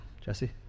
Jesse